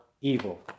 evil